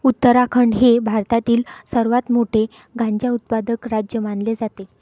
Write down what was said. उत्तराखंड हे भारतातील सर्वात मोठे गांजा उत्पादक राज्य मानले जाते